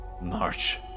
march